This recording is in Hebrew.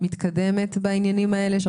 מתקדמת בעניינים האלה,